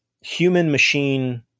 human-machine